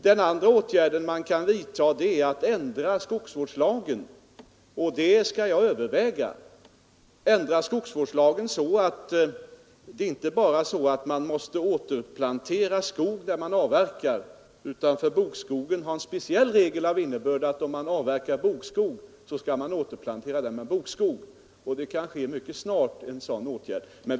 Den andra åtgärd som vi kan vidta är att ändra skogsvårdslagen — och det skall jag överväga — inte bara så, att man måste återplantera skog där man avverkar, utan så, att man för bokskogen får en speciell regel av innebörd att om man avverkar bokskog, skall man återplantera den med bokskog. En sådan åtgärd kan genomföras mycket snart.